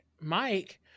Mike